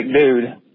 dude